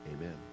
Amen